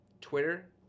Twitter